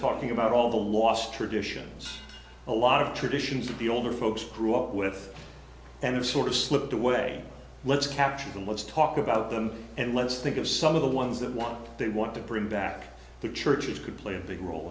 talking about all the lost traditions a lot of traditions that the older folks grew up with and have sort of slipped away let's capture them let's talk about them and let's think of some of the ones that want they want to bring back the churches could play a big role